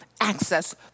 access